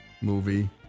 movie